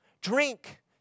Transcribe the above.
drink